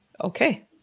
okay